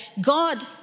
God